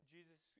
Jesus